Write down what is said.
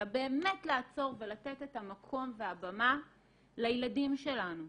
אלא באמת לעצור ולתת את המקום והבמה לילדים שלנו.